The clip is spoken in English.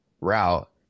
route